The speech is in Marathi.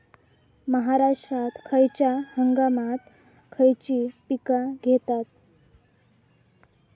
महाराष्ट्रात खयच्या हंगामांत खयची पीका घेतत?